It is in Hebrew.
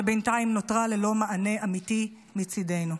שבינתיים נותרה ללא מענה אמיתי מצידנו,